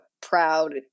proud